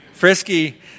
Frisky